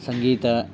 सङ्गीतं